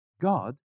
God